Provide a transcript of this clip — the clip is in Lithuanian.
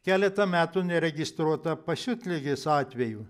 keletą metų neregistruota pasiutligės atvejų